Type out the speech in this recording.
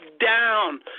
down